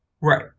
Right